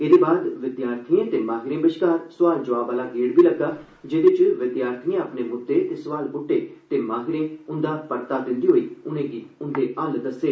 एह्दे बाद विद्यार्थिएं ते माहिरें बश्कार सोआल जवाब आह्ला गेड़ बी लग्गा जेहदे च विद्यार्थिएं अपने मुद्दे ते सोआल पुट्टे ते माहिरें उंदा परता दिंदे होई उनें'गी हल दस्सेआ